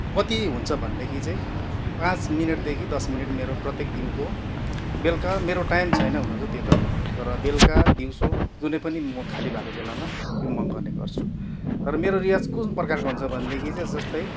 कति हुन्छ भनेदेखि चाहिँ पाँच मिनटदेखि दस मिनट मेरो प्रतेक दिनको बेलुका मेरो टाइम छैन हुनु चाहिँ त्यो त तर बेलुका दिउँसो जुनै पनि म खालि भएको बेलामा त्यो म गर्ने गर्छु तर मेरो रियाज कुन प्रकारको हुन्छ भनेदेखि चाहिँ जस्तै